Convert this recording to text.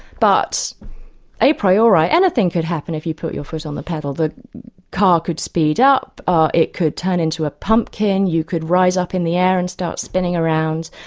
but a priori anything could happen if you put your foot on the pedal. the car could speed up, or it could turn into a pumpkin, you could rise up in the air and start spinning around.